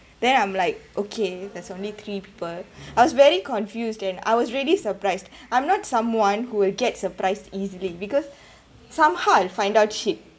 then I'm like okay there's only three people I was very confused then I was really surprised I'm not someone who will get surprised easily because somehow I find out shit